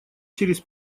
через